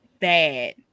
bad